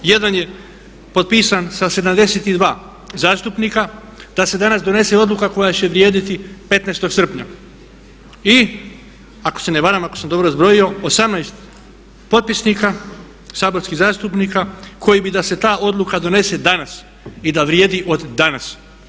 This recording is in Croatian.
Jedan je potpisan sa 72 zastupnika da se danas donese odluka koja će vrijediti 15. srpnja i ako se ne varam ako sam dobro zbrojio 18 potpisnika saborskih zastupnika koji bi da se ta odluka donese danas i da vrijedi od danas.